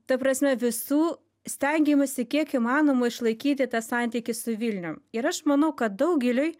ta prasme visų stengiamasi kiek įmanoma išlaikyti tą santykį su vilnium ir aš manau kad daugeliui